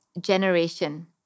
generation